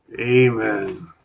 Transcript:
Amen